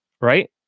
right